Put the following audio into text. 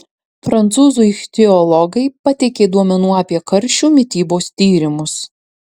prancūzų ichtiologai pateikė duomenų apie karšių mitybos tyrimus